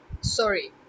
Sorry